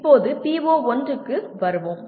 இப்போது PO1 க்கு வருவோம்